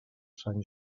sant